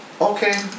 Okay